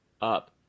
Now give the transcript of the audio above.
up